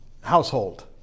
household